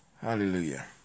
hallelujah